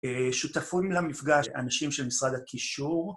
שותפים למפגש אנשים של משרד הקישור.